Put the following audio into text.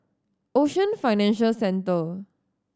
Ocean Financial Centre